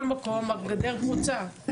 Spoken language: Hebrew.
כל מקום הגדר פרוצה.